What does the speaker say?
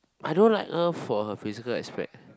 I don't like her for her physical aspect